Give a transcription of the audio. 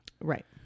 Right